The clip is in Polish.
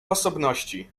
osobności